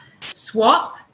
swap